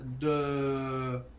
de